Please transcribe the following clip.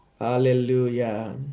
Hallelujah